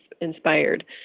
inspired